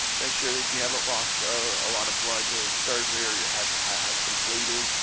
make sure that you haven't lost a lot of blood during surgery or you have had some bleeding.